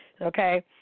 okay